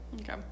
Okay